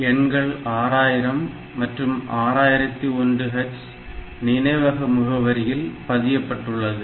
எண்கள் 6000 மற்றும் 6001H நினைவக முகவரியில் பதியப்பட்டுள்ளது